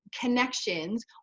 connections